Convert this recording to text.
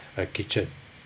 a kitchen